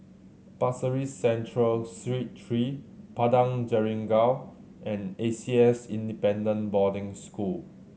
Pasir Ris Central Street three Padang Jeringau and A C S Independent Boarding School